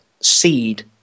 seed